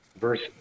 verse